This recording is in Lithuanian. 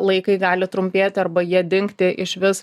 laikai gali trumpėti arba jie dingti išvis